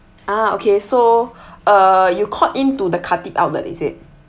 ah okay so uh you called in to the khatib outlet is it